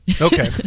Okay